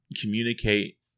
communicate